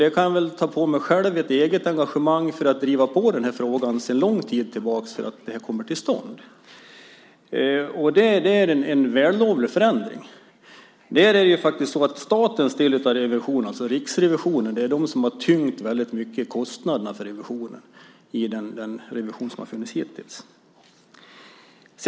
Jag kan själv ta på mig ett eget engagemang sedan lång tid tillbaka att driva på den här frågan för att det här ska komma till stånd. Det är en vällovlig förändring. Det är statens del av revisionen, alltså Riksrevisionen, som väldigt mycket har tyngt kostnaderna för den revision som har skett hittills.